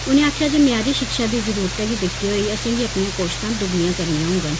उनें आक्खेआ जे म्यारी शिक्षा दी जरूरत गी दिक्खदे होई असेंगी अपनियां कोश्ता दुगनियां करनियां होगन